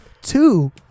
Two